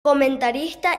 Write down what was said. comentarista